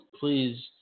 please